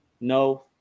No